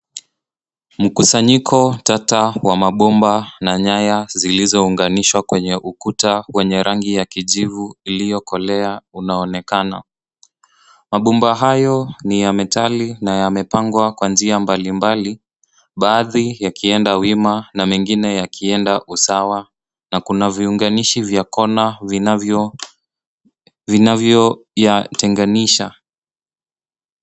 Mkusanyiko tata wa mbaomba na nyaya zilizounganishwa kwenye ukuta wa kijivu unaonekana. Mabomba hayo ni ya metali na yamepangwa kwa njia mbalimbali yakienda wima na mengine yakienda usawa na kuna viunganishi vya kona vinavyoyatenganisha.